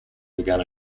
began